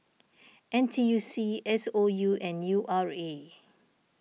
N T U C S O U and U R A